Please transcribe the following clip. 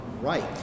right